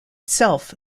itself